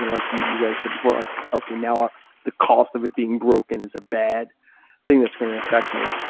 like you guys said before, like okay now ah the cost of it being broken is a bad thing that's going to affect me.